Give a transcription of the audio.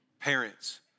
Parents